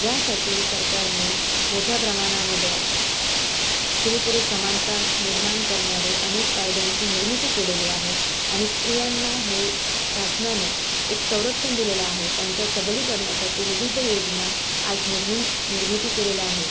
यासाठी सरकारने मोठ्या प्रमाणामध्ये आज स्त्री पुरुष समानता निर्माण करणारे अनेक कायद्यांची निर्मिती केलेली आहे आणि स्त्रियांना हे शासनाने एक संरक्षण दिलेलं आहे त्यांच्या सबलीकरणासाठी विविध योजना आज निर्मिन निर्मिती केलेल्या आहे